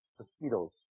mosquitoes